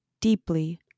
deeply